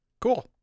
Cool